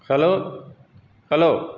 hello hello